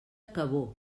cabó